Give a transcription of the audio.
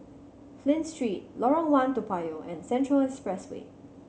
Flint Street Lorong One Toa Payoh and Central Expressway